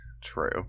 true